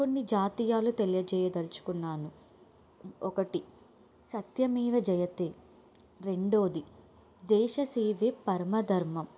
కొన్ని జాతీయాలు తెలియచేయదలుచుకున్నాను ఒకటి సత్యమేవ జయతే రెండోవది దేశ సేవ పర్మధర్మం